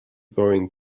going